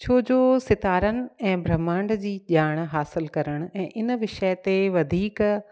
छोजो सितारनि ऐं ब्रहमांड जी ॼाण हासिलु करण ऐं इन विषय ते वधीक